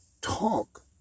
talk